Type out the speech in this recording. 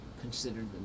considered